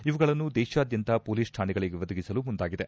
ಇವುಗಳನ್ನು ದೇತಾದ್ಯಂತ ಪೊಲೀಸ್ ಠಾಣೆಗಳಿಗೆ ಒದಗಿಸಲು ಮುಂದಾಗಿದೆ